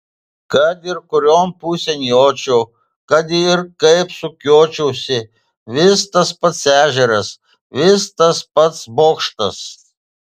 kad ir kurion pusėn jočiau kad ir kaip sukiočiausi vis tas pats ežeras vis tas pats bokštas